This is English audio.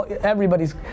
everybody's